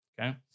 okay